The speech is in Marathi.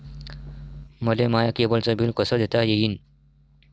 मले माया केबलचं बिल कस देता येईन?